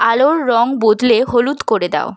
আলোর রঙ বদলে হলুদ করে দাও